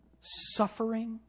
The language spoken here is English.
suffering